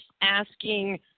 asking